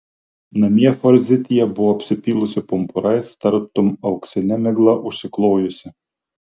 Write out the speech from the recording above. namie forzitija buvo apsipylusi pumpurais tartum auksine migla užsiklojusi